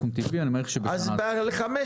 אני מעריך --- אז ב-2015